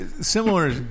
similar